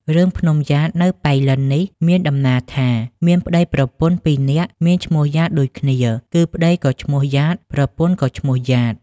រឿង ភ្នំំយ៉ាតនៅប៉ៃលិននេះមានដំណាលថា មានប្ដីប្រពន្ធពីរនាក់មានឈ្មោះយ៉ាតដូចគ្នា គឺប្ដីក៏ឈ្មោះយ៉ាត ប្រពន្ធក៏ឈ្មោះយ៉ាត។